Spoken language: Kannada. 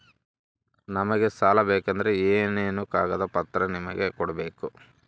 ನಮಗೆ ಸಾಲ ಬೇಕಂದ್ರೆ ಏನೇನು ಕಾಗದ ಪತ್ರ ನಿಮಗೆ ಕೊಡ್ಬೇಕು?